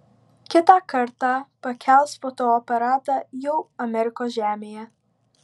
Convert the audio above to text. kitą kartą pakels fotoaparatą jau amerikos žemėje